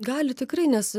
gali tikrai nes